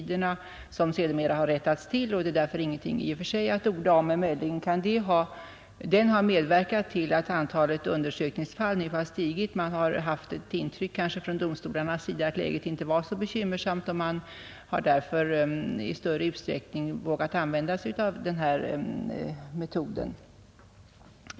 Den har sedermera rättats till och är kanske därför ingenting att orda om; möjligen kan den ha medverkat till att väntetiderna för undersökningsfall nu har stigit. Domstolarna har kanske haft det intrycket att läget inte var så bekymmersamt, och de har därför i stor utsträckning vågat använda sig av denna metod.